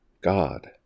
God